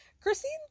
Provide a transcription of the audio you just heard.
Christine